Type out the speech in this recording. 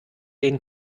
den